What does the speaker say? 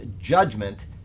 judgment